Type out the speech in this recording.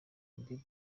habib